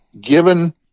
Given